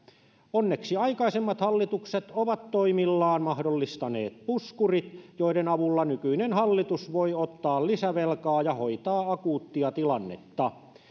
onneksi aikaisemmat hallitukset ovat toimillaan mahdollistaneet puskurit joiden avulla nykyinen hallitus voi ottaa lisävelkaa ja hoitaa akuuttia tilannetta